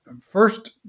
first